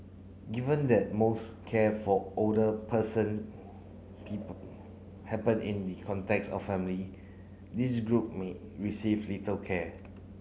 given that most care for older person happen in the context of family this group may receive little care